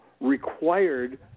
required